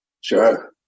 sure